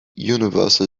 universal